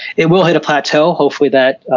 it will hit a plateau. hopefully that